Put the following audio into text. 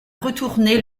retourner